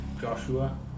Joshua